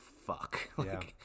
fuck